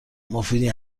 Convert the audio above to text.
مفیدی